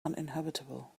uninhabitable